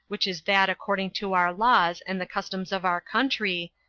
which is that according to our laws, and the customs of our country,